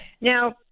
Now